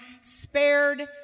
spared